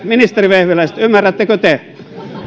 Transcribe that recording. ministeri vehviläiseltä ymmärrättekö te